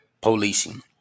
policing